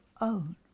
own